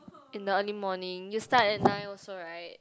in the early morning you start at nine also right